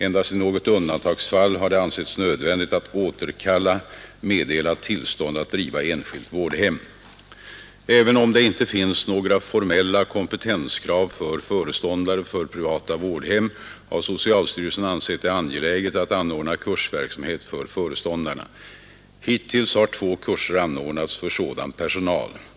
Endast i något undantagsfall har det ansetts nödvändigt att återkalla meddelat tillstånd att driva enskilt vårdhem. Även om det inte finns några formella kompetenskrav för föreståndare för privata vårdhem, har socialstyrelsen ansett det angeläget att anordna kursverksamhet för föreståndarna. Hittills har två kurser anordnats för sådan personal.